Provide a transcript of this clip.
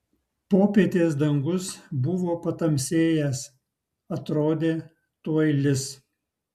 popietės dangus buvo patamsėjęs atrodė tuoj lis